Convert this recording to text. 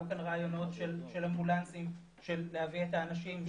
עלו כאן רעיונות של אמבולנסים כדי להביא את האנשים.